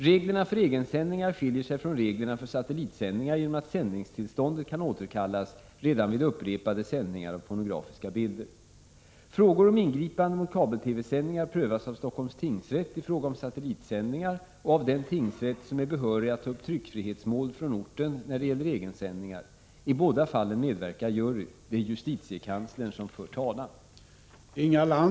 Reglerna för egensändningar skiljer sig från reglerna för satellitsändningar genom att sändningstillståndet kan återkallas redan vid upprepade sändningar av pornografiska bilder. Frågor om ingripande mot kabel-TV-sändningar prövas av Stockholms tingsrätt i fråga om satellitsändningar och av den tingsrätt som är behörig att ta upp tryckfrihetsmål från orten när det gäller egensändningar. I båda fallen medverkar jury. Det är justitiekanslern som för talan.